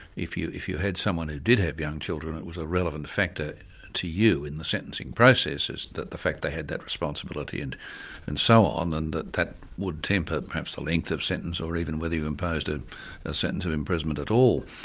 if you if you had someone who did have young children, it was a relevant factor to you in the sentencing processes, the fact they had that responsibility and and so on, and that that would temper perhaps a length of sentence, or even whether you imposed a sentence of imprisonment at all.